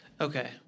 Okay